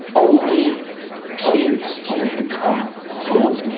only kids can become fluent in.